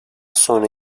sonra